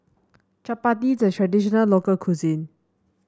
chapati is a traditional local cuisine